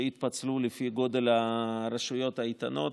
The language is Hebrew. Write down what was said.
שיתפצלו לפי גודל הרשויות האיתנות.